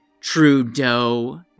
Trudeau